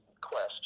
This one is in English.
quest